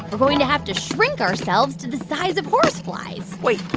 we're going to have to shrink ourselves to the size of horseflies wait.